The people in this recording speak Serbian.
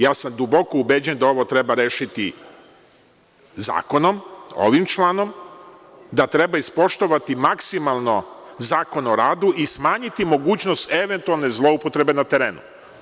Ja sam duboko ubeđen da ovo treba rešiti zakonom, ovim članom, da treba ispoštovati maksimalno Zakon o radu i smanjiti mogućnost, eventualne zloupotrebe na terenu.